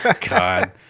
God